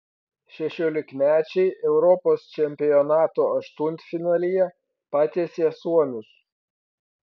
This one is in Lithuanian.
šešiolikmečiai europos čempionato aštuntfinalyje patiesė suomius